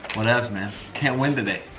whatevs, man. can't win today.